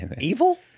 Evil